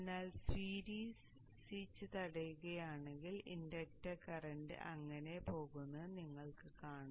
എന്നാൽ series switch തടയുകയാണെങ്കിൽ inductor current അങ്ങനെ പോകുന്നത് നിങ്ങൾ കാണും